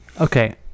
Okay